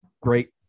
great